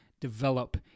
develop